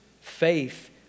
Faith